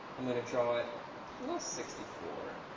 i'm going to draw it plus sixty four,